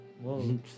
Whoa